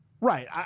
Right